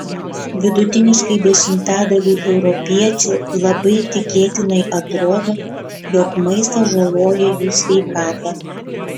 vidutiniškai dešimtadaliui europiečių labai tikėtinai atrodo jog maistas žaloja jų sveikatą